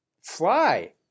Fly